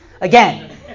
again